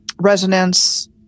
resonance